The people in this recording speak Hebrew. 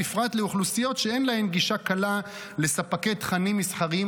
ובפרט לאוכלוסיות שאין להן גישה קלה לספקי תכנים מסחריים,